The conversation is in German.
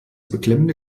beklemmende